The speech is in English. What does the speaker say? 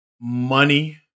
money